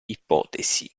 ipotesi